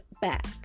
back